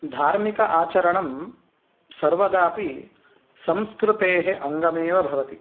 धार्मिक आचरणं सर्वदापि संस्कृतेः अङ्गमेव भवति